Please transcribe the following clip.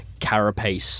carapace